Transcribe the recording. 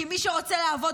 כי מי שרוצה לעבוד,